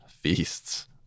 feasts